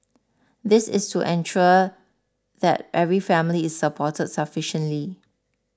this is to ensure that every family is supported sufficiently